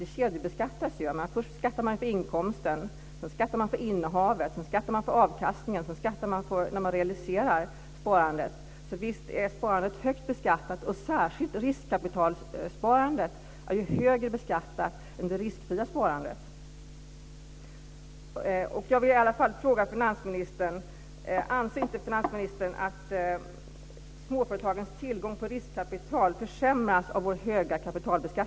Det kedjebeskattas ju. Först skattar man för inkomsten, sedan skattar man för innehavet, sedan skattar man för avkastningen och sedan skattar man när man realiserar sparandet. Visst är sparandet högt beskattat, och särskilt riskkapitalsparandet är ju högre beskattat än det riskfria sparandet.